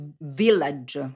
village